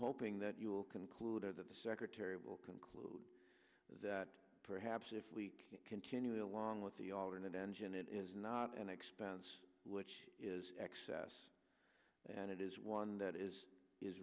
hoping that you will concluded that the secretary will conclude that perhaps if leak continue along with the alternate engine it is not an expense which is excess and it is one that is is